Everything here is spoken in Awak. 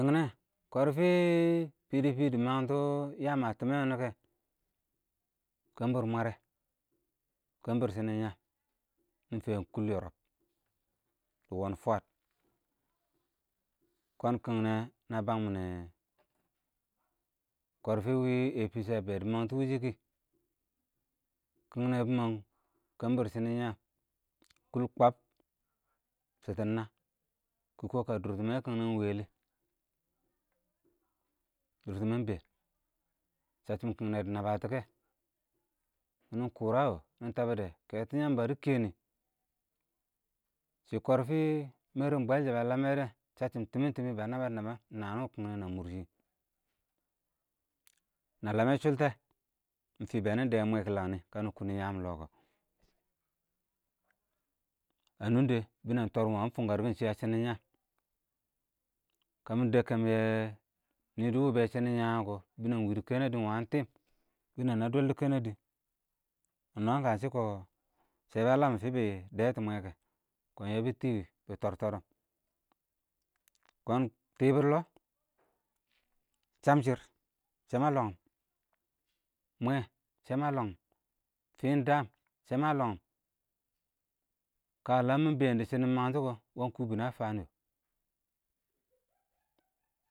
kɔrfɪ pdp dɛ məngtɔ yəəm ə tɪmɛ wʊnʊ kɛ kɛmbɪr mware, kəmbɪr sɪnɪn yəəm, mɪ fɛn kʊl yɔrɔ, dɪ wɔɔn fwət, kʊn kɪngnɛ nə bəng mɪne, kɔrfɪ wɪ aa p c ə bɛ dɪ məngtɔ wɪshɪ kɪ, kɪng nɛ bɪ məng kəmbɪr shɪnɪn yəəm, kʊl kɔɔb, shɪdɪn ki nəə, kɪ kɔ kə dʊrtɪmɛ wɪ kɪngnɛ ɪn wɪɪ yɛ lɪ, dʊrtɪmɛ ɪng bɛɛn, səcchɪm kɪng nɛ dɪ nəbətɔ kɛ wʊnɪ ɪng kʊrə yɔ kɪ təbɪdɪ dɪ kɛtɪn yəmbə dɪ kɛnɪ, shɪ kɔrfɪ mɛrɪn bwɛlshɛ bə ləmmɛ dɛ səcchɪm tɪmɪ-tɪmɪ bə nəbən-nəbən nəə nɪ kɪ nɪ wə mʊrshɪ wɪɪ, na lame shʊltɛ ɪng fɪɪ bɛ nɪ dɛɛn mwɛ kɪ ləng nɪ. kənɪ kʊnɪ yəəm lɔɔ kɔ, ə nʊng dɛ bɪnɛng tɔrɔm ɪng wənɪ fɪmkərkɪn shɪ, kəmɪ dɛkkɛm yɛ nɪ dʊ wʊbɛ shɪnɪn yəən wɛ kɔ bɪnɛng ɪng wɪ dɪ kɛnɛdɪ ɪng wənɪ tɪɪm, bɪnɛng nə dɔl dʊ kənədɪ, mə nwə kə shɪ kɔ sɛ bə ləəm fɪ bɪ dɛtɪ mwɛ kɛ kɔɔn bɛ bɪ tɪɪ, wɪbɪ tɔɔr tɔrɔm kɔɔn tɪbɪr lɔ shəmshɪr shɛ ma lɔnghɪm, mwɛ sɛ mə lɔnghɪm, fɪn dəəm sɛ ma lɔnghɪm kə ləən mɪ bɛɛn dɪ shɪnɪn məngshɪ kɔ wəng kʊbɪnɪ ə fəən yɔ.